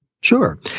Sure